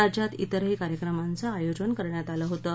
राज्यात तिरही कार्यक्रमांचं आयोजन करण्यात आलं होतं